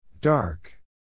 Dark